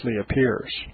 appears